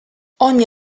ogni